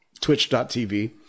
twitch.tv